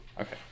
Okay